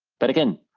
but again,